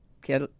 get